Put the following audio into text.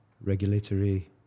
regulatory